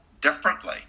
differently